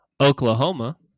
Oklahoma